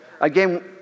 Again